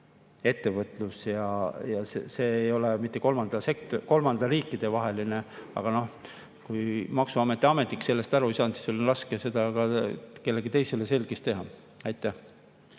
ettevõtlus. See ei ole kolmandate riikide vaheline. Aga kui maksuameti ametnik sellest aru ei saanud, siis on raske seda ka kellelegi teisele selgeks teha. Aitäh!